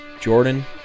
Jordan